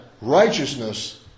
righteousness